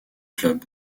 club